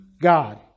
God